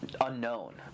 unknown